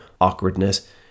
awkwardness